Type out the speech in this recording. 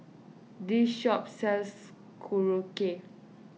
this shop sells Korokke